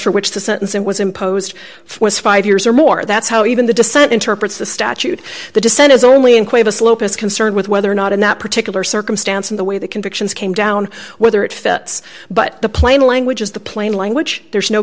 for which the sentence it was imposed for is five years or more that's how even the dissent interprets the statute the dissent is only in quite a slope is concerned with whether or not in that particular circumstance in the way the convictions came down whether it fits but the plain language is the plain language there's no